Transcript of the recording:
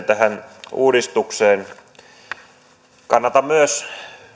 tähän uudistukseen liittyen kannatan myös